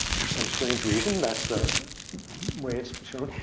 for some strange reason, that's the way it's shown.